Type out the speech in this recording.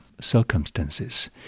circumstances